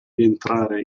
rientrare